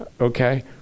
okay